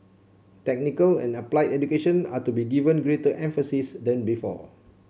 technical and applied education are to be given greater emphasis than before